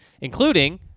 Including